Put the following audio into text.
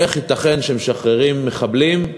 "איך ייתכן שמשחררים מחבלים?"